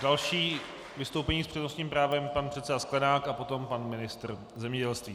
Další vystoupení s přednostním právem pan předseda Sklenák a potom pan ministr zemědělství.